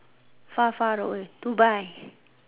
far far away to buy